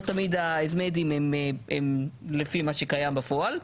לא תמיד האזמיידים הם לפי מה שקיים בפועל,